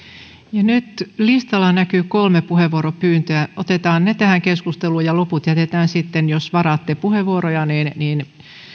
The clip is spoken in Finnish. ja nyt listalla näkyy kolme puheenvuoropyyntöä otetaan ne tähän keskusteluun ja loput jätetään sitten jos varaatte puheenvuoroja